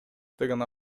деген